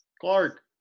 clark